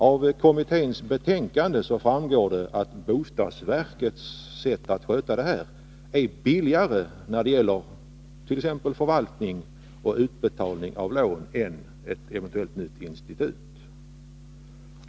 Av kommitténs betänkande framgår att bostadsverkets sätt att sköta det här är billigare när det gäller t.ex. förvaltning och utbetalning av lån än vad som blir fallet genom ett eventuellt nytt institut.